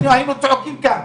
היינו צועקים כאן.